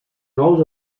nous